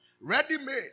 ready-made